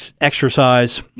exercise